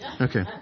Okay